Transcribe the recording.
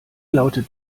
lautet